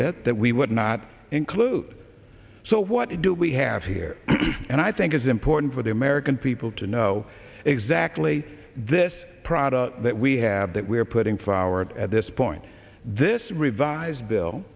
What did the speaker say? with that we would not include so what do we have here and i think it's important for the american people to know exactly this product that we have that we are putting flowered at this point this revised bill